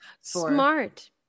smart